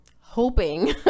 hoping